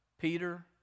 Peter